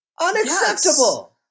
Unacceptable